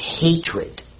hatred